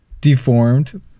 deformed